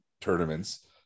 tournaments